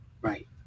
Right